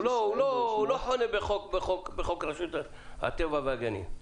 הוא לא חונה בחוק רשות הטבע והגנים.